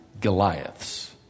Goliath's